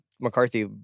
mccarthy